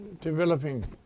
developing